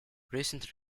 recent